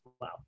wow